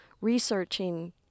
researching